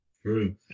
True